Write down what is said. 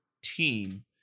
team